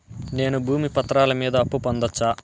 నేను భూమి పత్రాల మీద అప్పు పొందొచ్చా?